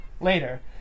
Later